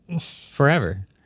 forever